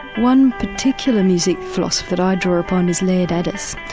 one particular music philosopher that i draw upon is laird addis.